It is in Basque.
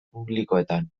publikoetan